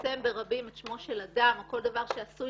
שמפרסם ברבים את שמו של אדם או כל דבר שעשוי